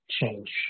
change